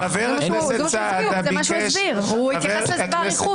זה מה שהוא הסביר, הוא התייחס לזה באריכות.